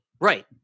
right